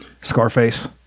Scarface